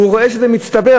הוא רואה שזה מצטבר.